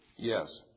Yes